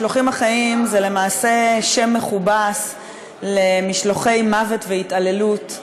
המשלוחים החיים הם למעשה שם מכובס למשלוחי מוות והתעללות,